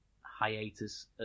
hiatus